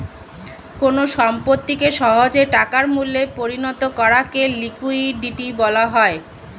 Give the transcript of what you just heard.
কোন সম্পত্তিকে সহজে টাকার মূল্যে পরিণত করাকে লিকুইডিটি বলা হয়